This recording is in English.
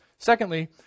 Secondly